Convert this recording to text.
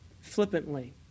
flippantly